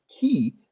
key